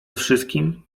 wszystkim